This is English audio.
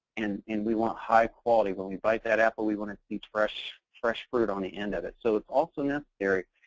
and and we want high-quality. when we bite that apple we want to see fresh fresh fruit on the end of it. so it's also necessary